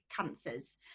cancers